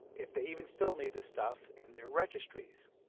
if they even still need the stuff in their registries,